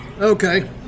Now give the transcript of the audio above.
Okay